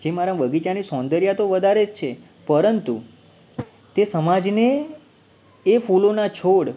જે મારા બગીચાની સોંદર્યા તો વધારે જ છે પરંતુ તે સમાજને એ ફૂલોનાં છોડ